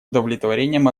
удовлетворением